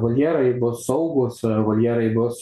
voljerai bus saugūs voljerai bus